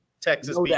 Texas